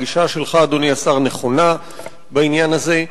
הגישה שלך, אדוני השר, נכונה בעניין הזה,